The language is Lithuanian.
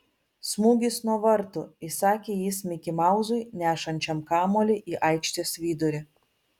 smūgis nuo vartų įsakė jis mikimauzui nešančiam kamuolį į aikštės vidurį